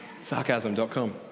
Sarcasm.com